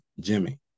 Jimmy